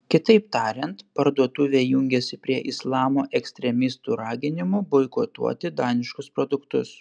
kitaip tariant parduotuvė jungiasi prie islamo ekstremistų raginimų boikotuoti daniškus produktus